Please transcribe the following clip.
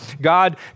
God